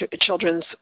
Children's